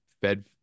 Fed